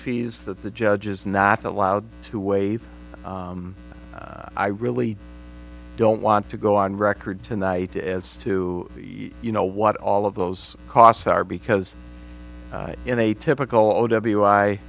fees that the judge is not allowed to waive i really don't want to go on record tonight as to you know what all of those costs are because in a typical o w i